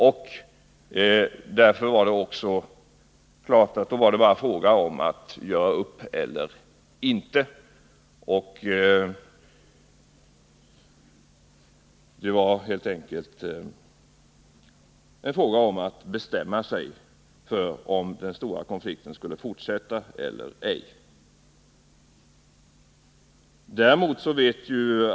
I det läget var det naturligtvis bara fråga om att göra upp eller inte. Det gällde helt enkelt att bestämma sig för om den stora konflikten skulle fortsätta eller ej.